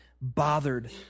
bothered